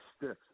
sticks